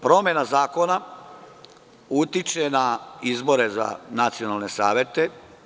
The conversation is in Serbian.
Promena zakona utiče na izbore za nacionalne savete.